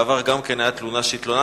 בעבר גם כן היתה תלונה שהתלוננתי,